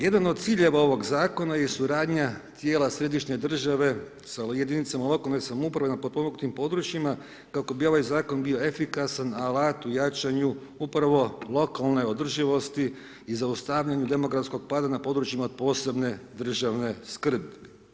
Jedan od ciljeva ovog Zakona je suradnja tijela središnje države sa jedinicama lokalne samouprave na potpomognutim područjima, kako bi ovaj Zakon bio efikasan alat u jačanju upravo lokalne održivosti i zaustavljanja demografskog pada na područjima od posebne državne skrbi.